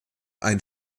ein